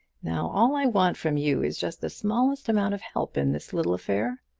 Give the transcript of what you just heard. now all i want from you is just the smallest amount of help in this little affair.